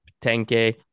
10k